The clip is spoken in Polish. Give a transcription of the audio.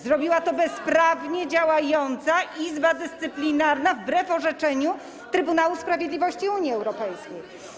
Zrobiła to bezprawnie działająca Izba Dyscyplinarna wbrew orzeczeniu Trybunału Sprawiedliwości Unii Europejskiej.